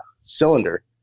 cylinder